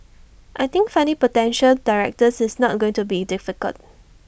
I think finding potential directors is not on going to be difficult